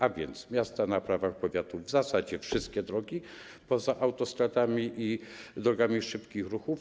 A więc miasta na prawach powiatu - w zasadzie wszystkie drogi, poza autostradami i drogami szybkiego ruchu.